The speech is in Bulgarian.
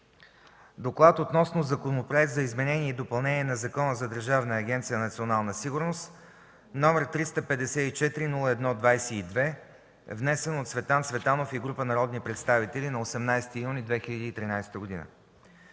„ДОКЛАД относно Законопроект за изменение и допълнение на Закона за Държавна агенция „Национална сигурност”, № 354-01-22, внесен от Цветан Цветанов и група народни представители на 18 юни 2013 г.